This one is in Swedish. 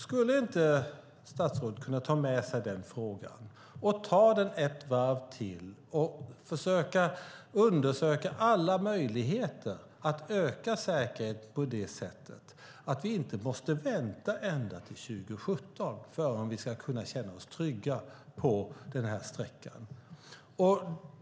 Skulle inte statsrådet kunna ta med sig den frågan och ta den ett varv till och försöka undersöka alla möjligheter att öka säkerheten så att vi inte måste vänta ända till 2017 innan vi kan känna oss trygga på den här sträckan.